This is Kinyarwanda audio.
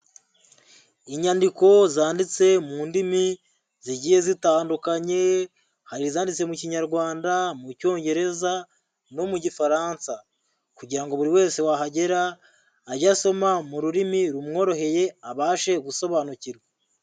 Inyandiko zanditse mu ndimi zigiye zitandukanye hari izanditse mu kinyarwanda, mu cyongereza no mu gifaransa kugira ngo buri wese wahagera ajye asoma mu rurimi rumworoheye abashe gusobanukirwa.